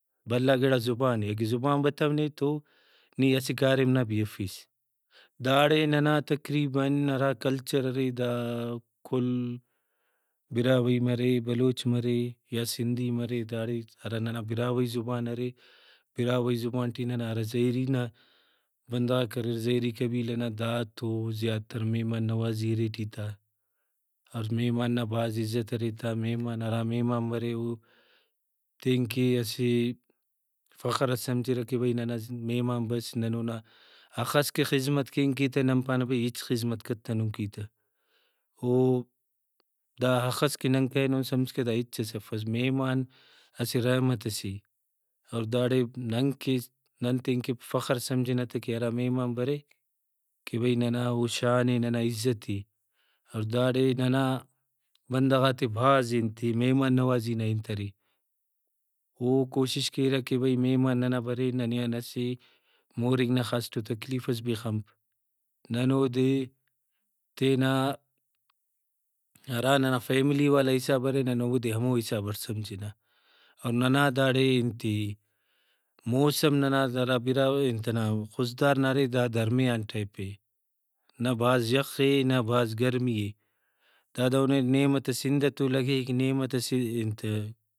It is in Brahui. بھلا گڑا زبانے اگہ زبان بتونے تو نی اسہ کاریم نا بھی افیس۔ داڑے ننا تقریباً ہرا کلچر ارے دا کل براہوئی مرے بلوچ مرے یا سندھی مرے داڑے ہرا براہوئی زبان ارے براہوئی زبان ٹی ننا ہرا زہری نا بندغاک اریر زہری قبیلہ نا دا تو زیاتر مہمان نوازی ارے ایٹی تا اور مہمان نا بھاز عزت ارے تا مہمان ہرا مہمان برے او تینکہ اسہ فخر ئس سمجھرہ کہ بھئی ننا مہمان بس نن اونا ہخس کہ خذمت کین کہ تہ نن پانہ بھئی ہچ خذمت کتنُن کی تہ او دا ہخس کہ نن کرینن سمجھکہ دا ہچس افس مہمان اسہ رحمت سے اور داڑے ننکہ نن تینکہ فخر سمجھنہ تہ کہ ہرا مہمان برے کہ بھئی ننا او شانے ننا عزتے اور داڑے ننا بندغاتے بھاز انتے مہمان نوازی نا انت ارے او کوشش کیرہ کہ بھئی مہمان ننا برے ننے آن اسہ مورینک نا خاسٹو تکلیفس بھی خنپ نن اودے تینا ہرا ننا فیملی والا حساب ارے نن اودے ہمو حسابٹ سمجھنہ اور ننا داڑے انتے موسم ننا ہرا براہوئی انت نا خضدار نا ارے دا درمیان ٹائپ اے نہ بھاز یخے نہ بھاز گرمی اے دا دہنے نیمہ تہ سندھ تو لگیک نیمہ تہ انت